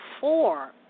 four